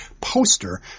poster